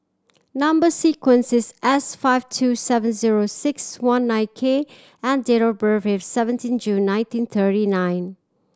number sequence is S five two seven zero six one nine K and date of birth is seventeen June nineteen thity nine